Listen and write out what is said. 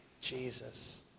Jesus